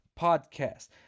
podcast